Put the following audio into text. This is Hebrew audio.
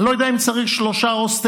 אני לא יודע אם צריך שלושה הוסטלים,